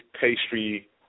pastry